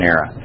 Era